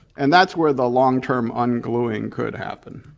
and that's where the long-term ungluing could happen.